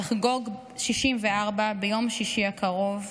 תחגוג 64 ביום שישי הקרוב,